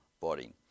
body